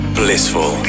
blissful